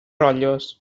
rotllos